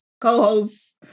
co-host